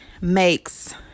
makes